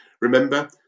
Remember